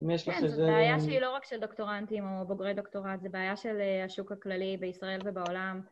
כן, זו בעיה שהיא לא רק של דוקטורנטים או בוגרי דוקטורט, זו בעיה של השוק הכללי בישראל ובעולם.